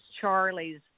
Charlie's